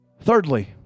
Thirdly